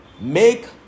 Make